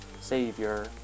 savior